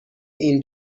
این